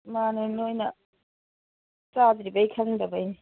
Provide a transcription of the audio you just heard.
ꯃꯥꯟꯅꯦ ꯅꯈꯣꯏꯅ ꯆꯥꯗ꯭ꯔꯤꯕꯩ ꯈꯪꯗꯕꯩꯅꯦ